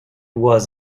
was